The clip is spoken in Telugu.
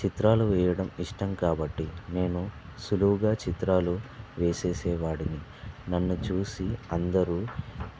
చిత్రాలు వేయడం ఇష్టం కాబట్టి నేను సులువుగా చిత్రాలు వేసేసేవాడిని నన్ను చూసి అందరూ